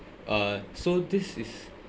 uh so this is